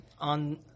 on